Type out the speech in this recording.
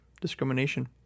discrimination